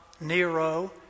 Nero